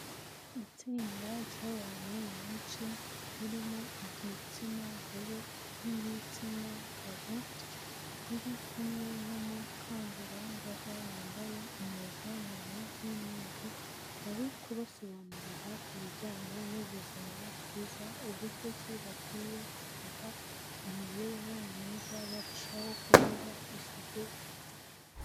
Itsinda ry'abantu benshi ririmo igitsina gore n'intsina gabo, riri kumwe n'umukangurambaga wambaye impuzankano y'umweru, ari kubasobanurira ku bijyanye n'ubuzima bwiza, uburyo ki bakwiye kugira imibereho myiza barushaho kunoza isuku.